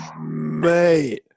Mate